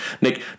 Nick